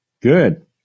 Good